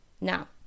now